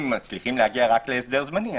אם מצליחים להגיע רק להסדר זמני,